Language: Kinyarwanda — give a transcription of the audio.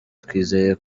twizeye